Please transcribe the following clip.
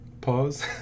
Pause